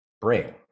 bring